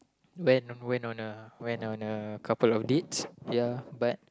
went on went on a went on a couple of dates ya but